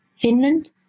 Finland